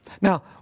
Now